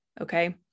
okay